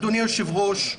אדוני היושב-ראש,